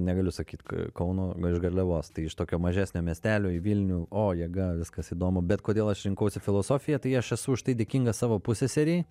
negaliu sakyt kauno iš garliavos tai iš tokio mažesnio miestelio į vilnių o jėga viskas įdomu bet kodėl aš rinkausi filosofiją tai aš esu už tai dėkingas savo pusseserei